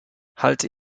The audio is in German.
halte